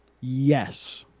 Yes